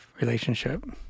relationship